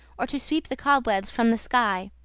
or to sweep the cobwebs from the sky.